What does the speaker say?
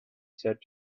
said